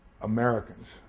Americans